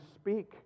speak